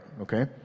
okay